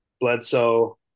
Bledsoe